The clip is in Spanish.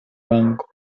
banco